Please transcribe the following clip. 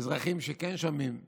האזרחים שכן שומעים והתעניינו: